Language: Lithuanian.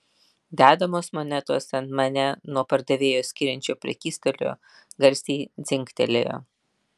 dedamos monetos ant mane nuo pardavėjo skiriančio prekystalio garsiai dzingtelėjo